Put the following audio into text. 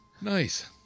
nice